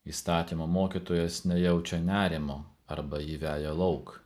įstatymo mokytojas nejaučia nerimo arba jį veja lauk